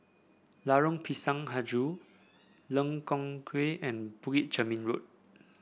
Lorong Pisang hijau Lengkong Tujuh and Bukit Chermin Road